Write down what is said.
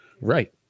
Right